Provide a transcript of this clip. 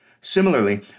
Similarly